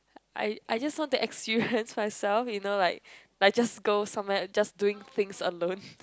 I I just want to experience myself you know like like just go somewhere just doing things alone